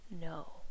no